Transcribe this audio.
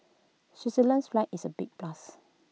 Switzerland's flag is A big plus